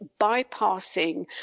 bypassing